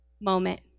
moment